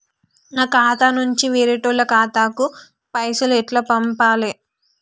నా ఖాతా నుంచి వేరేటోళ్ల ఖాతాకు పైసలు ఎట్ల పంపాలే?